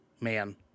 Man